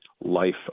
life